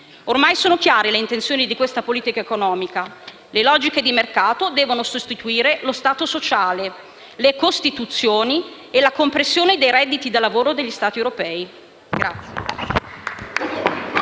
Ormai sono chiare le intenzioni di questa politica economica: le logiche di mercato devono sostituire lo Stato sociale e le Costituzioni, determinando la compressione dei redditi da lavoro degli Stati europei.